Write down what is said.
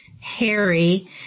Harry